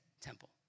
temple